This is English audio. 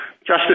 Justice